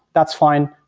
that's fine.